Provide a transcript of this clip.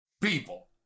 people